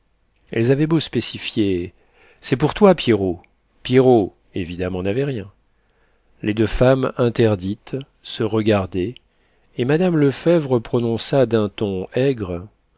elles avaient beau spécifier c'est pour toi pierrot pierrot évidemment n'avait rien les deux femmes interdites se regardaient et mme lefèvre prononça d'un ton aigre